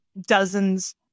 dozens